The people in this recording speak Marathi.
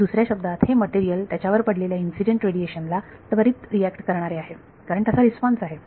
तर दुसऱ्या शब्दात हे मटेरियल त्याच्यावर पडलेल्या इन्सिडेंट रेडिएशन ला त्वरित रिऍक्ट करणारे आहे कारण तसा रिस्पॉन्स आहे